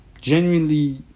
genuinely